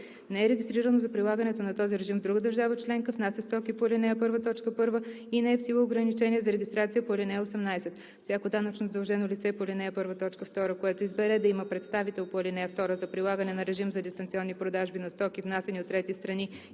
не е регистрирано за прилагането на този режим в друга държава членка, внася стоки по ал. 1, т. 1 и не е в сила ограничение за регистрация по ал. 18. Всяко данъчно задължено лице по ал. 1, т. 2, което избере да има представител по ал. 2 за прилагане на режим за дистанционни продажби на стоки, внасяни от трети страни